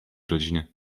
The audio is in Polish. rodziny